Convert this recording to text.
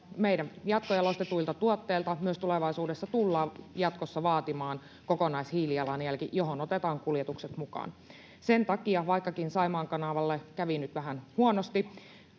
jatkojalostetuilta tuotteilta myös tulevaisuudessa tullaan vaatimaan kokonaishiilijalanjälki, johon otetaan kuljetukset mukaan. Sen takia, vaikkakin Saimaan kanavalle kävi nyt vähän huonosti,